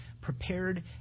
prepared